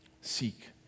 Seek